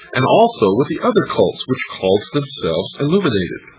and also with the other cults which called themselves illuminated.